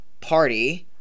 party